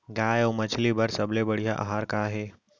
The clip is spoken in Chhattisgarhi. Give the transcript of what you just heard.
गाय अऊ मछली बर सबले बढ़िया आहार का हे?